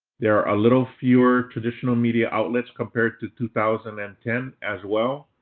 there are a little fewer traditional media outlets compared to two thousand and ten as well.